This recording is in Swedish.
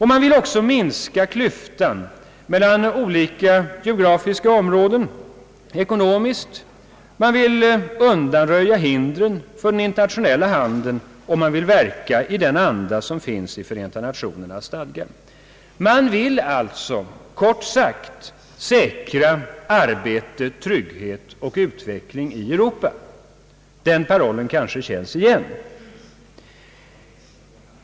Man vill minska den ekonomiska klyftan mellan olika geografiska områden, man vill undanröja hindren för den internationella handeln och man vill verka i den anda som finns i Förenta nationernas stadga. Man vill, kort sagt, säkra arbete, trygghet och utveckling i Europa. Den parollen kanske känns igen?